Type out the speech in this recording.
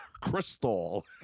crystal